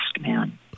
man